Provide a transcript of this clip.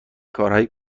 کارهای